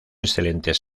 excelentes